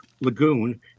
Lagoon